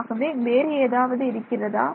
ஆகவே வேறு ஏதாவது இருக்கிறதா